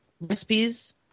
recipes